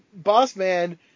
Bossman